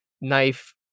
knife